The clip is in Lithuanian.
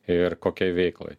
ir kokiai veiklai